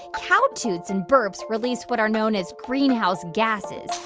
cow toots and burps release what are known as greenhouse gases.